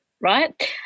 right